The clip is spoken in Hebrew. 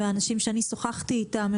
והאנשים שאני שוחחתי איתם,